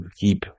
keep